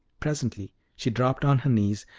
presently she dropped on her knees,